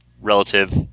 relative